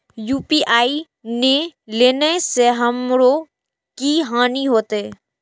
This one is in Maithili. यू.पी.आई ने लेने से हमरो की हानि होते?